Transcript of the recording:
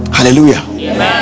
Hallelujah